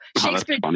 Shakespeare